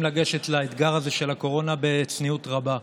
לגשת לאתגר הזה של הקורונה בצניעות רבה,